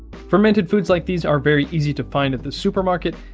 fermented foods like these are very easy to find at the supermarket,